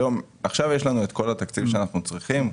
עכשיו יש לנו את כל התקציב שאנחנו צריכים.